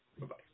Bye-bye